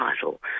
title